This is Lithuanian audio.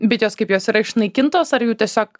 bitės kaip jos yra išnaikintos ar jų tiesiog